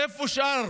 איפה שאר